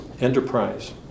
enterprise